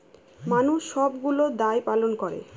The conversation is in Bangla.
মানুষ সবগুলো দায় পালন করে